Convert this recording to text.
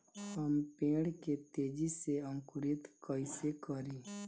हम पेड़ के तेजी से अंकुरित कईसे करि?